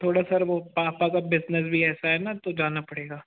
थोड़ा सर वो पापा का बिज़नेस भी ऐसा है न तो जाना पड़ेगा